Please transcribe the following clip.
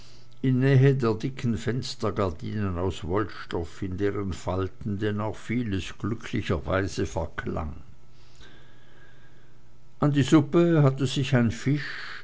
der dicken fenstergardinen aus wollstoff in deren falten denn auch vieles glücklicherweise verklang an die suppe hatte sich ein fisch